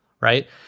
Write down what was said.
right